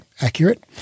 accurate